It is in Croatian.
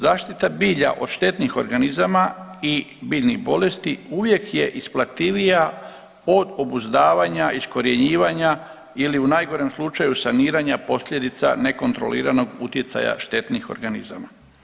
Zaštita bilja od štetnih organizama i biljnih bolesti uvijek je isplativija od obuzdavanja, iskorjenjivanja ili u najgorem slučaju saniranja posljedica nekontroliranog utjecaja štetnih organizama.